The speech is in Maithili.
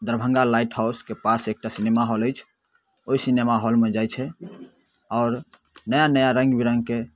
दरभङ्गा लाइट हाउसके पास एकटा सिनेमाहॉल अछि ओहि सिनेमाहॉलमे जाइ छै आओर नया नया रङ्गबिरङ्गके